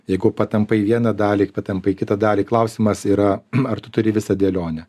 jeigu patampai vieną dalį patampai kitą dalį klausimas yra ar tu turi visą dėlionę